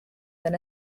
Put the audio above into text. than